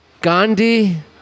Gandhi